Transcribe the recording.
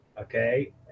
okay